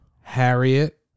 Harriet